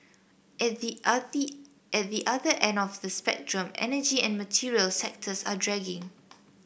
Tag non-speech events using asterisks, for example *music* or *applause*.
at the *unintelligible* at the other end of the spectrum energy and material sectors are dragging